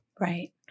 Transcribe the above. Right